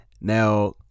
Now